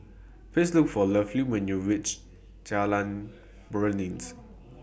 Please Look For Lovey when YOU REACH Jalan Beringin